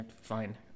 Fine